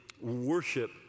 worship